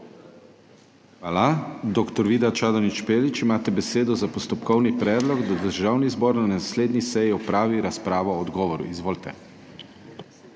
Hvala. Gospod Zvonko Černač, imate besedo za postopkovni predlog, da Državni zbor na naslednji seji opravi razpravo o odgovoru. Izvolite.